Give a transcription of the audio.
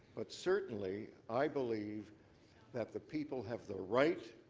but certainly, i believe that the people have the right